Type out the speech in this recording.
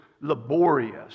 laborious